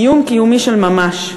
איום קיומי של ממש.